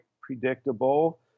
predictable